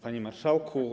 Panie Marszałku!